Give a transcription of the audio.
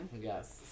Yes